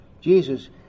Jesus